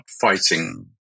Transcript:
fighting